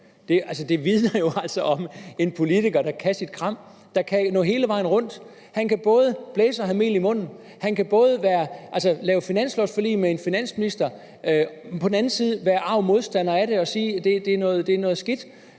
Det vidner jo altså om en politiker, der kan sit kram, og som kan nå hele vejen rundt. Han kan både blæse og have mel i munden, han kan på den ene side lave finanslovforlig med en finansminister og på den anden side være arg modstander af det og sige, at det er noget skidt.